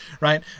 Right